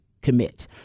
commit